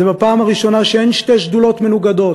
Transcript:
זאת הפעם הראשונה שאין שתי שדולות מנוגדות.